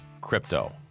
crypto